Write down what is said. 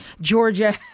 Georgia